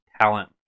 talent